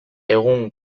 egun